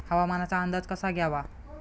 हवामानाचा अंदाज कसा घ्यावा?